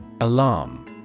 Alarm